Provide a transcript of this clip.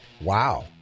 Wow